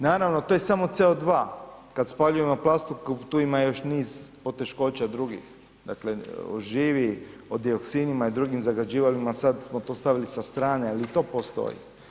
Naravno to je samo CO2, kad spaljujemo plastiku, tu ima još niz poteškoća drugih, dakle o živi, o dioksinima i dr. zagađivalima, sad smo to stavili sa strane ali i to postoji.